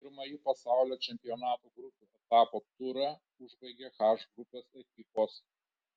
pirmąjį pasaulio čempionato grupių etapo turą užbaigė h grupės ekipos